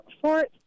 Fort